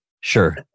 Sure